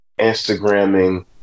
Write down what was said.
Instagramming